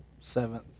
seventh